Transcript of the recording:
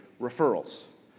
referrals